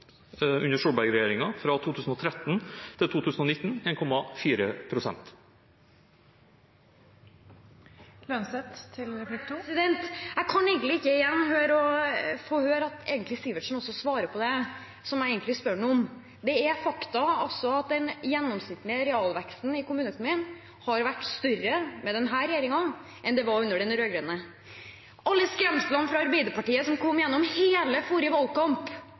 under Solberg-regjeringen, fra 2013 til 2019, 1,4 pst. Jeg har ennå ikke hørt representanten Sivertsen svare på det jeg egentlig spør ham om. Det er et faktum at den gjennomsnittlige realveksten i kommuneøkonomien har vært større med denne regjeringen enn den var under den rød-grønne regjeringen. Alle skremslene fra Arbeiderpartiet som kom gjennom hele forrige valgkamp,